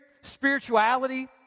spirituality